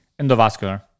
Endovascular